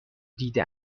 دیده